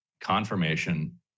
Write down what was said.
confirmation